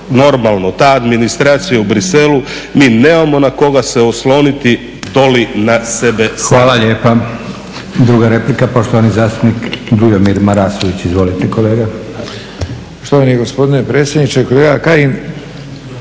normalno ta administracija u Bruxellesu mi nemamo na koga se osloniti doli na sebe same.